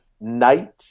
night